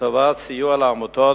לטובת סיוע לעמותות,